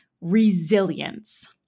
resilience